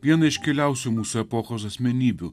viena iškiliausių mūsų epochos asmenybių